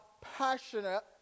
passionate